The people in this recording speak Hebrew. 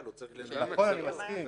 נכון, אני מסכים.